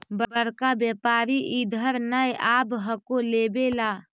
बड़का व्यापारि इधर नय आब हको लेबे ला?